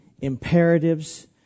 imperatives